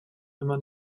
immer